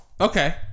okay